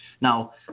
Now